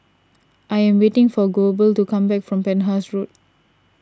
I am waiting for Goebel to come back from Penhas Road